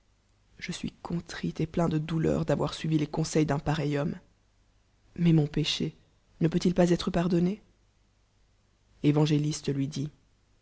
je suis contrit et plein de douleur d'avoi suivi les conseils d'un pareil hom me mais mon péché ne peut-il rafi être pardonaé évadgélistc lui dit